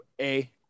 A-